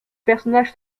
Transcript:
personnages